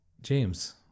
james